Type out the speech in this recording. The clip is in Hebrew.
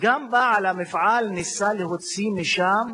הדובר הבא הוא חבר הכנסת מסעוד גנאים,